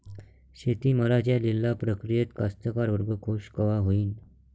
शेती मालाच्या लिलाव प्रक्रियेत कास्तकार वर्ग खूष कवा होईन?